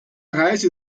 reise